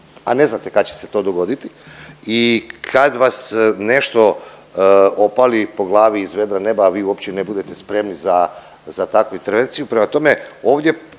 a ne znate kad će se to dogoditi i kad vas nešto opali po glavi iz vedra neba, a vi uopće ne budete spremni za takvu intervenciju.